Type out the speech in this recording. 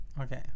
Okay